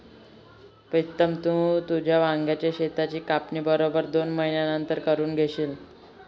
प्रीतम, तू तुझ्या वांग्याच शेताची कापणी बरोबर दोन महिन्यांनंतर करून घेशील